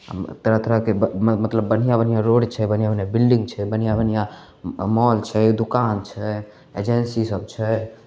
तरह तरहके ब मतलब बढ़िआँ बढ़िआँ रोड छै बढ़िआँ बढ़िआँ बिल्डिंग छै बढ़िआँ बढ़िआँ मॉल छै दोकान छै एजेंसीसभ छै